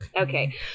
Okay